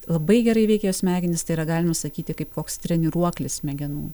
labai gerai veikia jo smegenys tai yra galima sakyti kaip koks treniruoklis smegenų